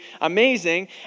amazing